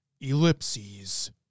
Ellipses